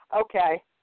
Okay